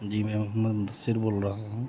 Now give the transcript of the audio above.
جی میں محمد مدثر بول رہا ہوں